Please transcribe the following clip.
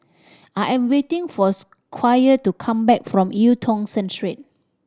I am waiting for Squire to come back from Eu Tong Sen Street